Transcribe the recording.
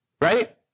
Right